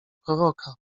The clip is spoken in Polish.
proroka